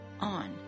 on